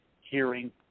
hearing